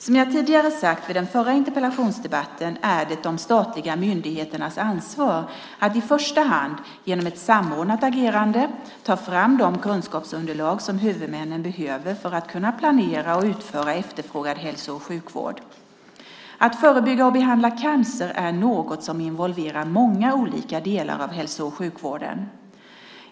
Som jag tidigare sagt vid den förra interpellationsdebatten är det de statliga myndigheternas ansvar att i första hand och genom ett samordnat agerande ta fram de kunskapsunderlag som huvudmännen behöver för att kunna planera och utföra efterfrågad hälso och sjukvård. Att förebygga och behandla cancer involverar många olika delar av hälso och sjukvården.